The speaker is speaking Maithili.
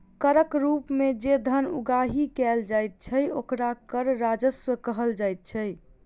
करक रूप मे जे धन उगाही कयल जाइत छै, ओकरा कर राजस्व कहल जाइत छै